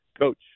Coach